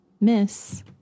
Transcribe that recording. miss